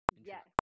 yes